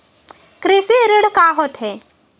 कृषि ऋण का होथे?